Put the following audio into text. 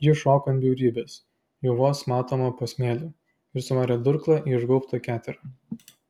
ji šoko ant bjaurybės jau vos matomo po smėliu ir suvarė durklą į išgaubtą keterą